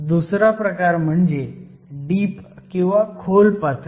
दुसरा प्रकार म्हणजे डीप किंवा खोल पातळी